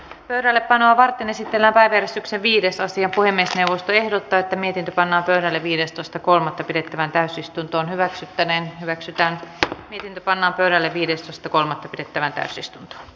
pöydällepanoa varten esitellä päivystyksen viides ja puhemiesneuvosto ehdottaa että mietintö panna pöydälle viidestoista kolmatta pidettävään täysistuntoon hyväksyttäneen hyväksytään mihin panna pöydälle viiden sta kolme on pidettävä päässyt